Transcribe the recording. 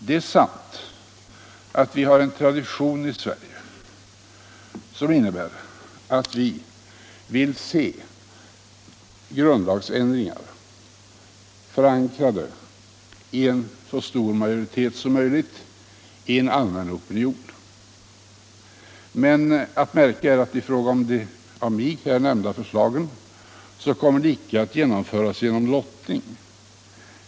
Det är sant att vi har en tradition i Sverige som innebär att vi vill se grundlagsändringar förankrade i en så stor majoritet som möjligt i en allmän opinion. Men att märka är att de av mig här nämnda förslagen kommer icke att genomföras genom lottning.